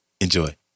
Enjoy